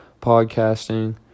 podcasting